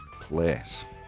place